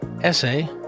essay